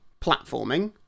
Platforming